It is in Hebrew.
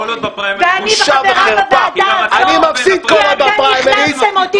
ואני חברה בוועדה הזאת כי אתם הכנסתם אותי לכאן.